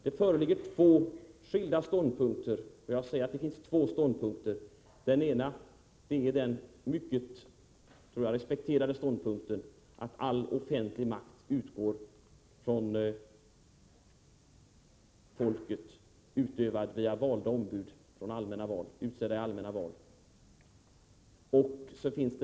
Det föreligger två skilda ståndpunkter. Den ena är — och det är en mycket respekterad ståndpunkt — att all offentlig makt utgår från folket, utövad via ombud, utsedda i allmänna val.